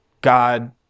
God